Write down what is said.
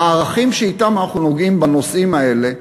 הערכים שאתם אנחנו נוגעים בנושאים האלה,